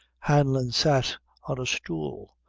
hanlon sat on a stool,